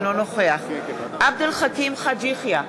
אינו נוכח עבד אל חכים חאג' יחיא,